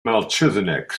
melchizedek